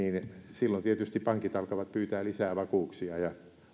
silloin tietysti pankit alkavat pyytää lisää vakuuksia ja